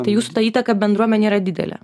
tai jūsų ta įtaka bendruomenei yra didelė